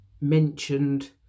mentioned